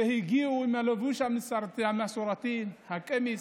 הגיעו עם הלבוש המסורתי, הקמיס,